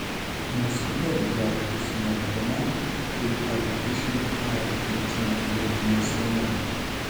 neskubėk džiaugtis net tuomet jei tavo išrinktąją kankina lėtinė sloga